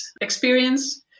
experience